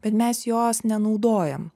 bet mes jos nenaudojam